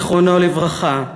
זיכרונו לברכה.